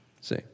see